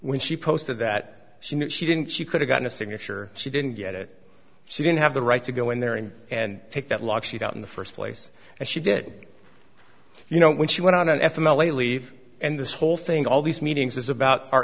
when she posted that she knew she didn't she could have gotten a signature she didn't get it she didn't have the right to go in there and and take that lock she got in the first place and she did you know when she went on an f m l a leave and this whole thing all these meetings is about our